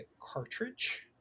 cartridge